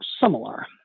similar